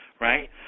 right